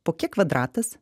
po kiek kvadratas